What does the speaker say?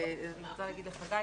אני רוצה לומר לחגי